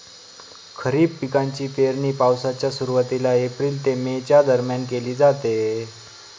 खरीप पिकांची पेरणी पावसाच्या सुरुवातीला एप्रिल ते मे च्या दरम्यान केली जाते